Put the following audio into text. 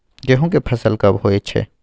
गेहूं के फसल कब होय छै?